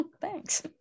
thanks